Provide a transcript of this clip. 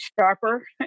sharper